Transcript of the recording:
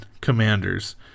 Commanders